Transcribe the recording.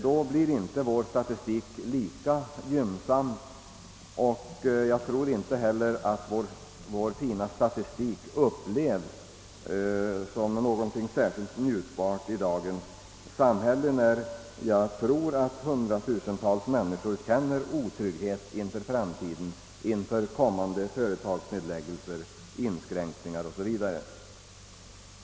Då blir inte vår statistik lika gynnsam. Jag tror inte heller att vår fina officiella statistik upplevs som någonting särskilt njutbart i dagens samhälle, där säkerligen hundratusentals människor känner otrygghet inför framtiden, inför kommande företagsnedläggelser, inskränkningar o.s.v.